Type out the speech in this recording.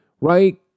right